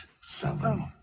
seven